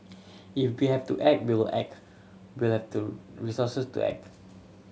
if we have to act we'll act we'll have to resources to act